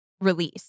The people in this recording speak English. release